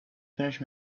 finish